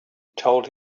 told